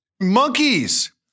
monkeys